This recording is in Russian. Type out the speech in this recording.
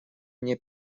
мне